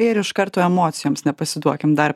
ir iš karto emocijoms nepasiduokim dar